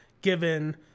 given